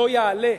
לא יעלה,